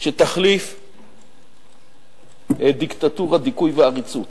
שתחליף דיקטטורה, דיכוי ועריצות.